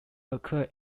occur